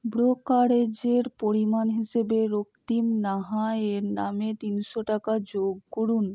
ব্রোকারেজের পরিমাণ হিসেবে রক্তিম নাহা এর নামে তিনশো টাকা যোগ করুন